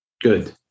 Good